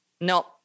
no